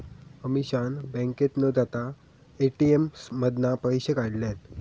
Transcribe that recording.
अमीषान बँकेत न जाता ए.टी.एम मधना पैशे काढल्यान